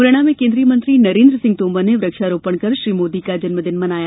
मुरैना में केन्द्रीय मंत्री नरेन्द्र सिंह तोमर ने वृक्षारोपण कर श्री मोदी का जन्मदिवस मनाया